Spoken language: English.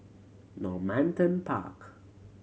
Normanton Park